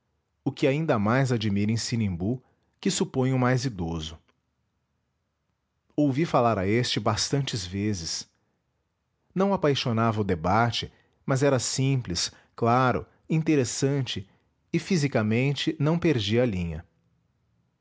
o que ainda mais admira em sinimbu que suponho mais idoso ouvi falar a este bastantes vezes não apaixonava o debate mas era simples claro interessante e fisicamente não perdia a linha